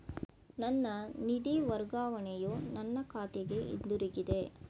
ನನ್ನ ನಿಧಿ ವರ್ಗಾವಣೆಯು ನನ್ನ ಖಾತೆಗೆ ಹಿಂತಿರುಗಿದೆ